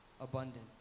abundant